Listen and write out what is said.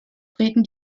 treten